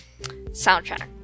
soundtrack